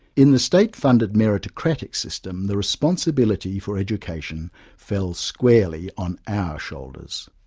in the state-funded meritocratic system the responsibility for education fell squarely on our shoulders.